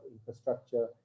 infrastructure